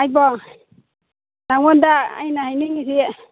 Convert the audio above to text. ꯑꯩꯕꯣ ꯅꯪꯉꯣꯟꯗ ꯑꯩꯅ ꯍꯥꯏꯅꯤꯡꯂꯤꯁꯤ